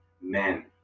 men